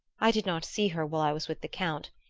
i did not see her while i was with the count,